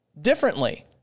differently